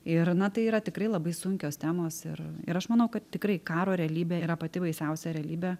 ir na tai yra tikrai labai sunkios temos ir ir aš manau kad tikrai karo realybė yra pati baisiausia realybė